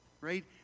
Right